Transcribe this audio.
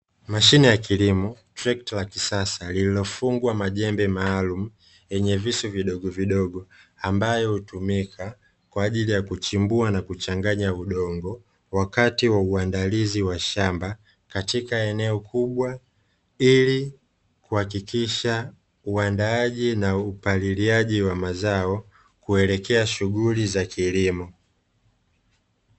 Mashine ya kilimo trekta la kisasa lililofungwa majembe maalumu yenye visu vidogovidogo, ambayo hutumika kwa ajili ya kuchimbua na kuchanganya udongo wakati wa uandalizi wa shamba, katika eneo kubwa ili kuhakikisha uandaaji na upaliliaji wa mazao kuelekea shughuli za kilimo.